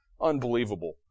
unbelievable